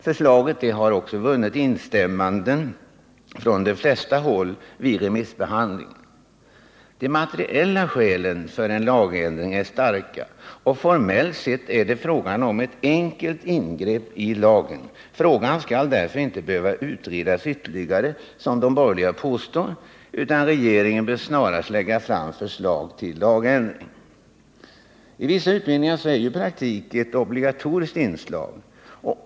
Förslaget har vunnit instämmanden från de flesta håll vid remissbehandlingen. De materiella skälen för en lagändring är starka, och formellt sett är det fråga om ett enkelt ingrepp i lagen. Frågan skall därför inte behöva utredas ytterligare, såsom de borgerliga påstår, utan regeringen bör snarast lägga fram förslag till lagändring. I vissa utbildningar är praktik ett obligatoriskt inslag.